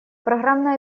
программное